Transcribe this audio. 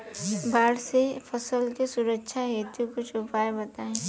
बाढ़ से फसल के सुरक्षा हेतु कुछ उपाय बताई?